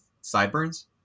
sideburns